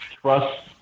trust